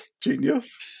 genius